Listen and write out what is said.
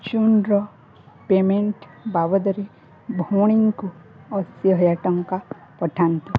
ଜୁନ୍ର payment ବାବଦରେ ଭଉଣୀଙ୍କୁ ଅଶୀହଜାରେ ଟଙ୍କା ପଠାନ୍ତୁ